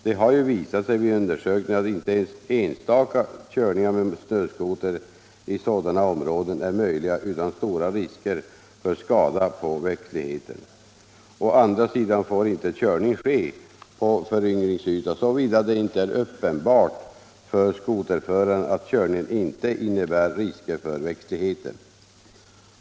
Det har visat sig vid undersökningar att inte ens enstaka körningar med snöskoter i sådana områden är möjliga utan stora risker för skada på växtligheten. Å andra sidan får inte körning ske på föryngringsyta såvida det inte är uppenbart för skoterföraren att körningen inte innebär risker för växtligheten.